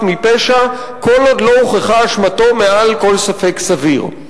מפשע כל עוד לא הוכחה אשמתו מעל לכל ספק סביר.